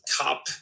Cup